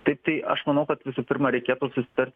taip tai aš manau kad visų pirma reikėtų susitarti